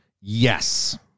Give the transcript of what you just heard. yes